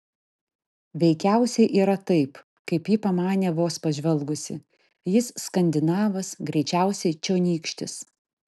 veikiausiai yra taip kaip ji pamanė vos pažvelgusi jis skandinavas greičiausiai čionykštis